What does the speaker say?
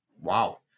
Wow